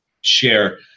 share –